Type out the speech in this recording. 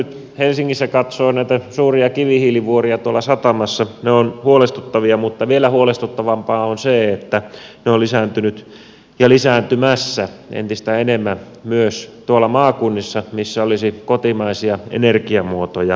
kun helsingissä katsoo näitä suuria kivihiilivuoria tuolla satamassa ne ovat huolestuttavia mutta vielä huolestuttavampaa on se että ne ovat lisääntyneet ja lisääntymässä entistä enemmän myös tuolla maakunnissa missä olisi kotimaisia energiamuotoja käytettävissä